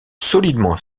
solidement